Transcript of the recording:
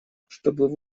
чтобы